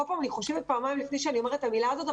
בכל פעם אני חושבת פעמיים לפני שאני אומרת את המילה הזאת,